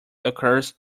occurs